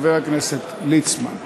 חבר הכנסת ליצמן.